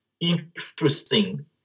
interesting